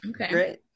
Okay